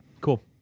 Cool